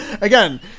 Again